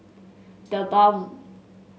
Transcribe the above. The Balm